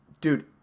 dude